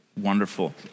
wonderful